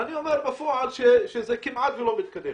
ואני אומר שבפועל זה כמעט ולא מתקדם.